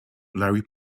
larry